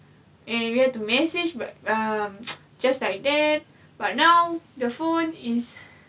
and we had to message back uh just like that but now the phone is